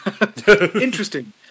Interesting